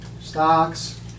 stocks